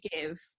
give